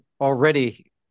already